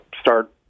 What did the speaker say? start